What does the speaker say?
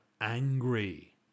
angry